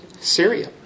Syria